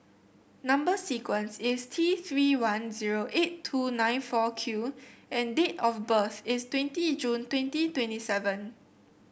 number sequence is T Three one zero eight two nine four Q and date of birth is twenty June twenty twenty seven